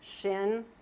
shin